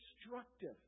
destructive